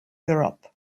europe